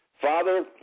Father